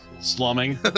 Slumming